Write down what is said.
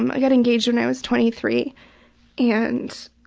um i got engaged when i was twenty three yeah and,